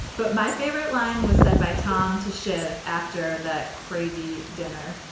but my favorite line was said by tom to shave. after that crazy dinner.